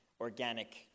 organic